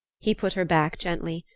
he put her back gently,